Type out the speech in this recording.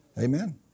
Amen